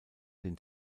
den